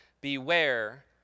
beware